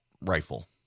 rifle